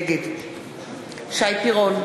נגד שי פירון,